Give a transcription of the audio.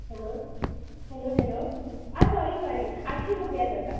hello hello hello आ sorry sorry आठशीं रुपया जाता